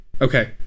Okay